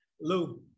Lou